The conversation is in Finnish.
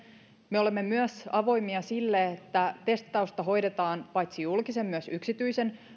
me olemme myös avoimia sille että testausta hoidetaan paitsi julkisen myös yksityisen